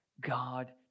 God